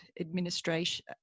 administration